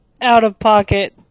out-of-pocket